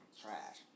trash